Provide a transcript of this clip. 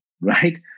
right